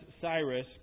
Cyrus